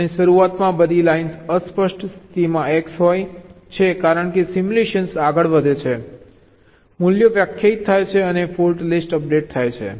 અને શરૂઆતમાં બધી લાઇન્સ અસ્પષ્ટ સ્થિતિમાં X હોય છે કારણ કે સિમ્યુલેશન આગળ વધે છે મૂલ્યો વ્યાખ્યાયિત થાય છે અને ફોલ્ટ લિસ્ટ અપડેટ થાય છે